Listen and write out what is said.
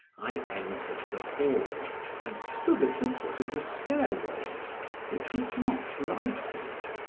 i entered the hall and stood at the foot of the stairway which was not lighted.